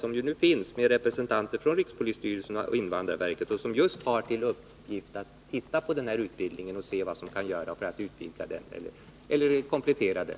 I den arbetsgruppen finns det representanter från rikspolisstyrelsen och invandrarverket, och arbetsgruppen har till uppgift att just se på den här utbildningen och ta reda på vad som kan göras för att utvidga eller komplettera den.